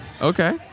Okay